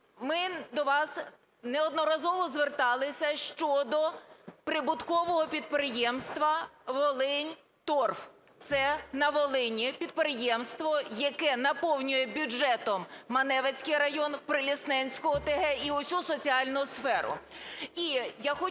Ми до вас неодноразово зверталися щодо прибуткового підприємства "Волиньторф". Це на Волині підприємство, яке наповнює бюджетом Маневицький район, Прилісненську ОТГ і усю соціальну сферу. І я хочу